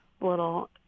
little